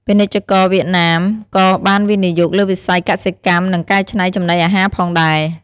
ពាណិជ្ជករវៀតណាមក៏បានវិនិយោគលើវិស័យកសិកម្មនិងកែច្នៃចំណីអាហារផងដែរ។